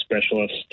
specialist